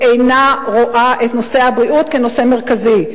אינה רואה את נושא הבריאות כנושא מרכזי.